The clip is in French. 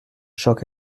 choc